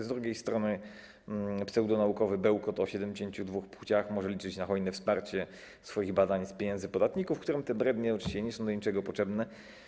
Z drugiej strony pseudonaukowy bełkot o 72 płciach może liczyć na hojne wsparcie swoich badań z pieniędzy podatników, którym te brednie oczywiście nie są do niczego potrzebne.